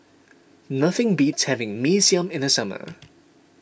nothing beats having Mee Siam in the summer